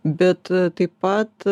bet taip pat